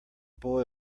boy